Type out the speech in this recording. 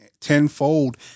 tenfold